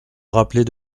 rappeler